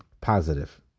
positive